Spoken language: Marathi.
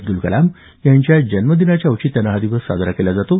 अब्द्रल कलाम यांच्या जन्मदिनाच्या औचित्यानं हा दिवस साजरा केला जातो